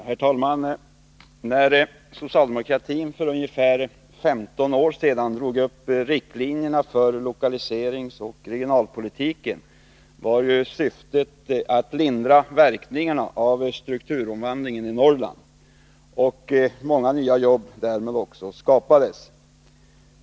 Herr talman! När socialdemokratin för ungefär 15 år sedan drog upp riktlinjerna för lokaliseringsoch regionalpolitiken var syftet att lindra verkningarna av strukturomvandlingen i Norrland. Många nya jobb skapades också därmed.